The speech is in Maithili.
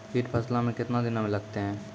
कीट फसलों मे कितने दिनों मे लगते हैं?